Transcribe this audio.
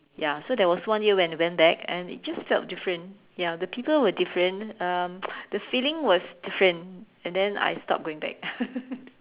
ya so there was one year when I went back and it just felt different ya the people were different um the feeling was different and then I stopped going back